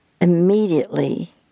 immediately